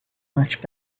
much